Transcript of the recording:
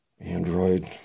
Android